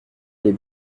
les